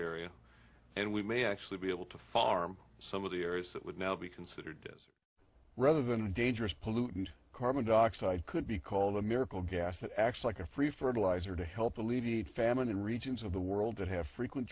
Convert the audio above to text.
area and we may actually be able to farm some of the areas that would now be considered rather than dangerous pollutant carbon dioxide could be called a miracle gas that actually like a free fertilizer to help alleviate famine in regions of the world that have frequent